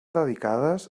dedicades